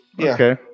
Okay